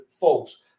folks